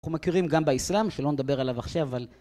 אנחנו מכירים גם באיסלאם, שלא נדבר עליו עכשיו, אבל...